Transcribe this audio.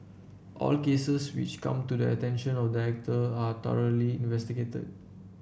all cases which come to the attention of director are thoroughly investigated